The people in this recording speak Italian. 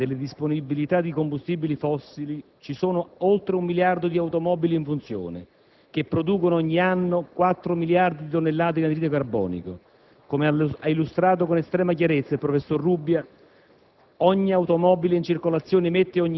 Malgrado l'appurata brevità delle disponibilità di combustibili fossili, ci sono oltre un miliardo di automobili in funzione, che producono ogni anno 4 miliardi di tonnellate di anidride carbonica. Come ha illustrato, con estrema chiarezza, il professor Rubbia